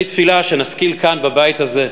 אני תפילה שנשכיל כאן בבית הזה,